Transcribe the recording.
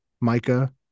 Micah